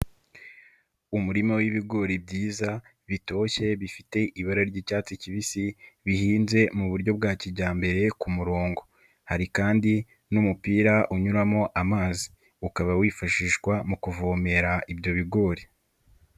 Umurima w'ibigori byiza bitoshye bifite ibara ry'icyatsi kibisi bihinze mu buryo bwa kijyambere ku murongo, hari kandi n'umupira unyuramo amazi ukaba wifashishwa mu kuvomerera ibyo bigori.